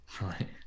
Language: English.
Right